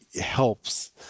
helps